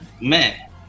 man